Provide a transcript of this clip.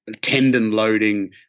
tendon-loading